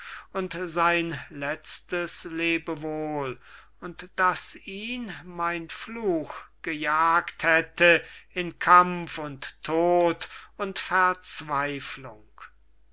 und sein letztes lebewohl und daß ihn mein fluch gejagt hätte in kampf und tod und verzweiflung